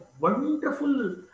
wonderful